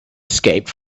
escaped